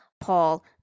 Paul